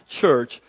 church